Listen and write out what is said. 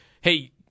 hey